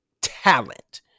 talent